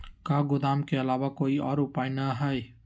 का गोदाम के आलावा कोई और उपाय न ह?